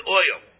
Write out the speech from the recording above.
oil